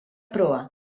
proa